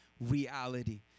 reality